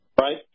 Right